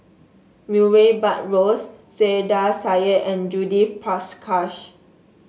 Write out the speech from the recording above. Murray Buttrose Saiedah Said and Judith Prakash